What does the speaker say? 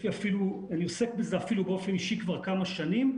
אני עוסק בזה באופן אישי כבר כמה שנים.